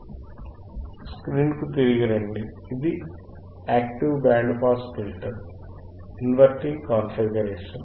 స్క్రీన్కు తిరిగి రండి ఇది active band pass filter inverting configuration